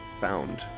found